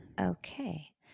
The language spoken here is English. Okay